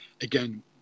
again